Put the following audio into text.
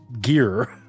gear